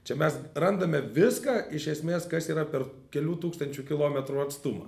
čia mes randame viską iš esmės kas yra per kelių tūkstančių kilometrų atstumą